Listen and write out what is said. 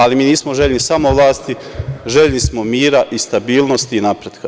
Ali, mi nismo željni samo vlasti, željni smo mira, stabilnosti i napretka.